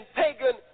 pagan